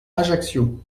ajaccio